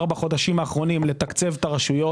בחודשים האחרונים לתקצב את הרשויות.